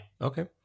okay